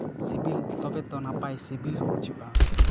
ᱥᱤᱵᱤᱞ ᱛᱳᱵᱮ ᱛᱳ ᱱᱟᱯᱟᱭ ᱥᱤᱵᱤᱞ ᱵᱩᱡᱷᱟᱹᱜᱼᱟ